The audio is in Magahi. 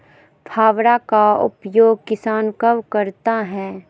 फावड़ा का उपयोग किसान कब करता है?